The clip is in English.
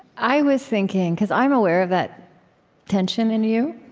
i was thinking because i'm aware of that tension in you,